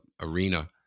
arena